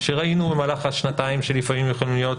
שראינו במהלך השנתיים שלפעמים יכולים להיות